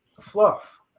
fluff